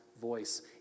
voice